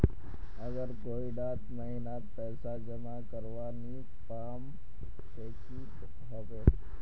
अगर कोई डा महीनात पैसा जमा करवा नी पाम ते की होबे?